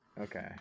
Okay